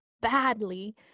badly